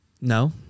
No